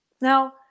now